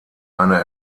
eine